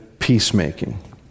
peacemaking